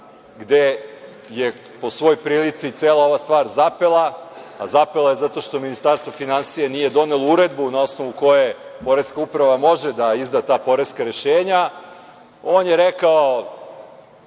gde je po svoj prilici cela ova stvar zapela, a zapela je zato što Ministarstvo finansija nije donelo uredbu na osnovu koje poreska uprava može da izda ta poreska rešenja. On je rekao,